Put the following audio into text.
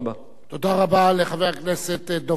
תודה רבה לחבר הכנסת דב חנין.